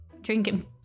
drinking